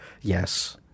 Yes